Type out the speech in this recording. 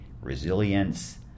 resilience